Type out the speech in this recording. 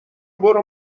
برو